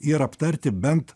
ir aptarti bent